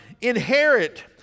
Inherit